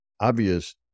obvious